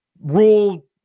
rule